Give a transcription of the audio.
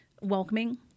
welcoming